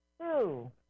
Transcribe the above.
two